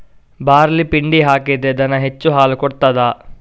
Barley ಪಿಂಡಿ ಹಾಕಿದ್ರೆ ದನ ಹೆಚ್ಚು ಹಾಲು ಕೊಡ್ತಾದ?